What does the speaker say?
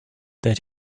that